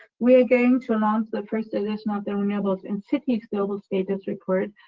we're going to launch the first edition of the renewables in cities global status report,